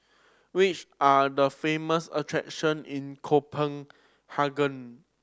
which are the famous attraction in Copenhagen